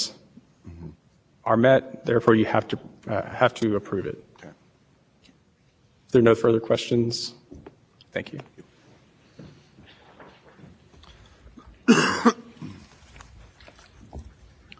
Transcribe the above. good morning your honors and may please the court i'd like to begin if i may with our as applied over control challenges and the dispute that remains between the parties on that issue is a dispute not about the facts but about the law as stated by the supreme